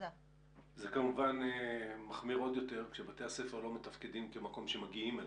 זה כמובן מחמיר עוד יותר כשבתי הספר לא מתפקדים כמקום שמגיעים אליו.